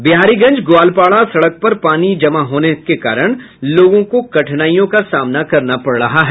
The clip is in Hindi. बिहारीगंज ग्वालपाड़ा सड़क पर पानी जमे होने के कारण लोगों को कठिनाईयों का सामना करना पड़ रहा है